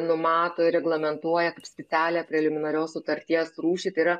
numato ir reglamentuoja kaip specialią preliminarios sutarties rūšį tai yra